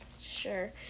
Sure